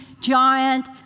giant